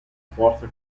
forza